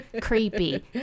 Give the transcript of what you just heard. creepy